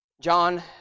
John